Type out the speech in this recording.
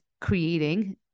creating